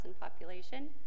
population